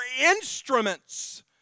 instruments